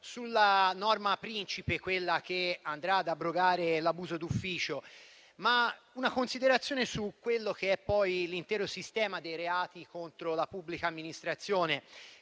sulla norma principe, quella che andrà ad abrogare l'abuso d'ufficio, ma vorrei fare una considerazione sull'intero sistema dei reati contro la pubblica amministrazione,